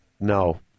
No